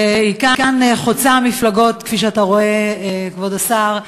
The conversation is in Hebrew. והיא כאן חוצה מפלגות, כפי שאתה רואה, כבוד השר.